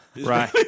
Right